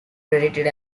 credited